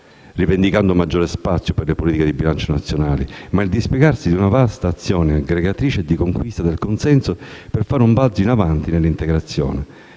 rivendicando maggior spazio per le politiche di bilancio nazionali, ma il dispiegarsi di una vasta azione aggregatrice e di conquista del consenso per fare un balzo in avanti nell'integrazione: